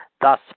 thus